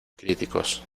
críticos